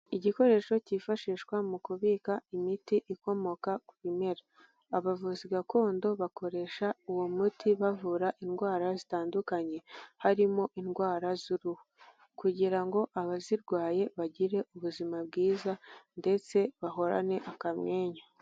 Igikoresho cyifashishwa mu kubika imiti ikomoka ku bimera, abavuzi gakondo bakoresha uwo muti bavura indwara zitandukanye, harimo indwara z'uruhu, kugira ngo abazirwaye bagire ubuzima bwiza ndetse bahorane akamwenyu.